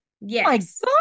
Yes